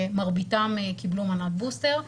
מרביתם קיבלו מנת בוסטר,